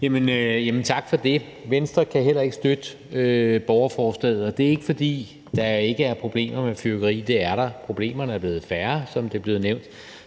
(V): Tak for det. Venstre kan heller ikke støtte borgerforslaget. Det er ikke, fordi der ikke er problemer med fyrværkeri. Det er der. Problemerne er blevet færre, og som det er blevet nævnt,